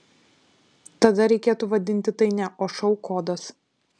tada reikėtų vadinti tai ne o šou kodas